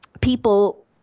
people